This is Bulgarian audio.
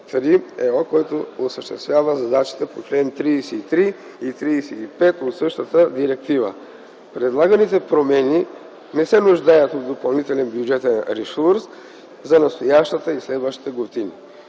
който осъществява задачите по чл. 33 и 35 от същата директива. Предлаганите промени не се нуждаят от допълнителен бюджетен ресурс за настоящата и следващите години.